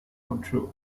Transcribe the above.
control